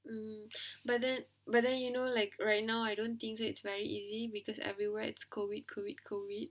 mm but then but then you know like right now I don't think it's very easy because everywhere is COVID COVID COVID